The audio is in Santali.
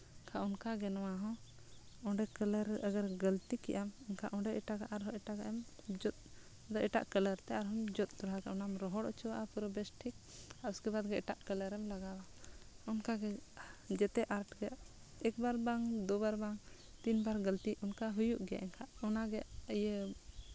ᱮᱱᱠᱷᱟᱱ ᱚᱱᱠᱟᱜᱮ ᱱᱚᱣᱟ ᱦᱚᱸ ᱚᱸᱰᱮ ᱠᱟᱞᱟᱨ ᱟᱜᱚᱨ ᱜᱟᱹᱞᱛᱤ ᱠᱮᱫ ᱟᱢ ᱮᱱᱠᱷᱟᱱ ᱚᱸᱰᱮ ᱮᱴᱟᱜᱟᱜ ᱮᱴᱟᱜᱟᱜᱼᱮᱢ ᱡᱚᱫ ᱮᱴᱟᱜ ᱠᱟᱞᱟᱨ ᱛᱮ ᱟᱨᱦᱚᱢ ᱡᱚᱫ ᱫᱚᱦᱲᱟ ᱠᱮᱫᱼᱟ ᱚᱱᱟᱢ ᱨᱚᱦᱚᱲ ᱦᱚᱪᱚᱣᱟᱜᱼᱟ ᱯᱩᱨᱟᱹ ᱵᱮᱥ ᱴᱷᱤᱠ ᱩᱥᱠᱮ ᱵᱟᱫᱽ ᱜᱮ ᱮᱴᱟᱜ ᱠᱟᱞᱟᱨᱮᱢ ᱞᱟᱜᱟᱣᱟ ᱚᱱᱠᱟᱜᱮ ᱡᱮᱛᱮ ᱟᱨᱴ ᱛᱮᱫ ᱮᱠᱵᱟᱨ ᱵᱟᱝ ᱫᱩ ᱵᱟᱨ ᱵᱟᱝ ᱛᱤᱱ ᱵᱟᱨ ᱜᱟᱹᱞᱛᱤ ᱚᱱᱠᱟ ᱦᱩᱭᱩᱜ ᱜᱮᱭᱟ ᱮᱱᱠᱷᱟᱱ ᱚᱱᱟᱜᱮ ᱤᱭᱟᱹ